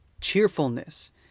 cheerfulness